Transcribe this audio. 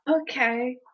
Okay